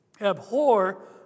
Abhor